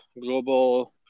global